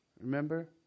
remember